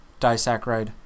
disaccharide